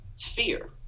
fear